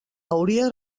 hauria